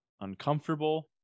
uncomfortable